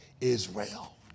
Israel